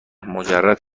مجرد